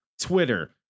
Twitter